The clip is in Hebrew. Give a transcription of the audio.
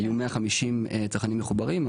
היו 150 צרכנים מחוברים,